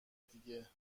دیگه